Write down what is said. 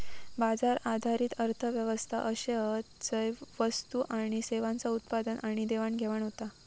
बाजार आधारित अर्थ व्यवस्था अशे हत झय वस्तू आणि सेवांचा उत्पादन आणि देवाणघेवाण होता